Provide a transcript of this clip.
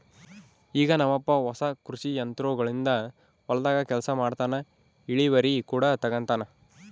ಈಗ ನಮ್ಮಪ್ಪ ಹೊಸ ಕೃಷಿ ಯಂತ್ರೋಗಳಿಂದ ಹೊಲದಾಗ ಕೆಲಸ ಮಾಡ್ತನಾ, ಇಳಿವರಿ ಕೂಡ ತಂಗತಾನ